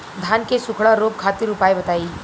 धान के सुखड़ा रोग खातिर उपाय बताई?